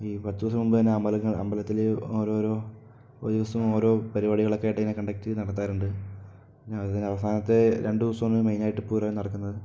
ഈ പത്ത് ദിവസം മുമ്പ് തന്നേ അമ്പലങ്ങ അമ്പലത്തില് ഓരോരോ ഒരു ദിവസം ഓരോ പരിപാടികളെക്കേയിട്ടിങ്ങനെ കണ്ടക്റ്റ് ചെയ്ത് നടത്താറ്ണ്ട് പിന്നെ അവസാനത്തേ രണ്ട് ദിവസമാണ് മെയ്നായിട്ട് പൂരം നടക്കുന്നത്